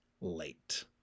late